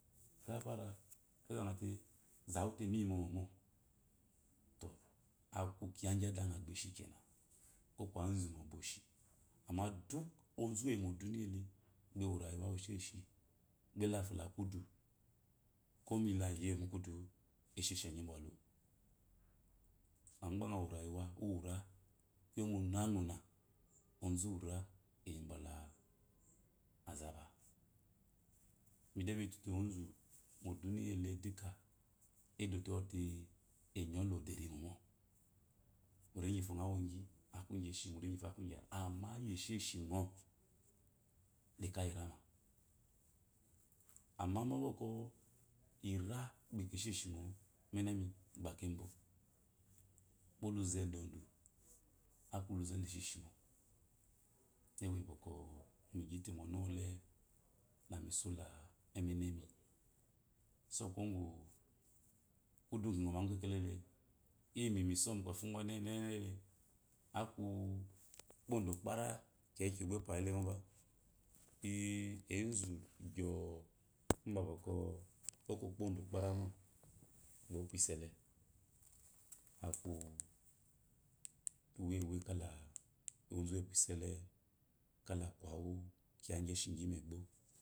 Gafara ozangete zawule miyi momomo to aku kiya gyi adange ba eshi amma duk ozu mi eyi mu orayuwale kuma ewa oryuwa wueshi gba dafia la kudu kom leiyema kudu mu esheshe enyi imbrduwa amma gba ngoro orayuwe nura kuye suna suna onzunwe eyi bale azebe mida iyitu te ozu mu odumiyale duka edote ɔte enyolo odaimiyale muniyi gyifo ngo rogyi aku gyeshi muri gyfo aku gyra amma esheshi ngo lika yiramme amma ko ira gba ika esheshimo ummenemi gbakebwo mohuze dondu aku luze du eshshimo eyi bwɔkuɔ migyite mɔnuwɔle. lamido la emmenemi so kuwo gu kudu gu gyi ngmagu kaleh yemi some ɔnɔnele aku poda kpara keki gba opwayilemo keyi enzu gyoo mbabwɔkwɔ oku okpodo kpara mo opwa iso da aku uwewe kala onzu wapwa isole kade kwaku kiya gyishemegbo